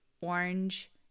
orange